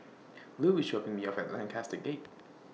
Lu IS dropping Me off At Lancaster Gate